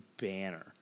banner